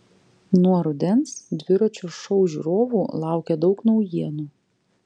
nuo rudens dviračio šou žiūrovų laukia daug naujienų